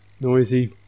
noisy